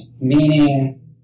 meaning